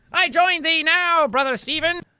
i join thee now brother steven!